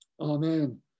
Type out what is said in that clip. Amen